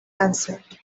answered